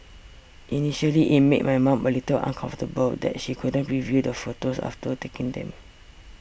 initially it made my mom a little uncomfortable that she couldn't preview the photos after taking them